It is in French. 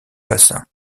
bassin